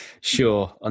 Sure